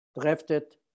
drafted